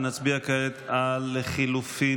נצביע כעת על לחלופין